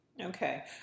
Okay